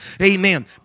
Amen